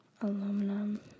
Aluminum